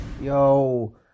Yo